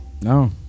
No